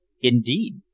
Indeed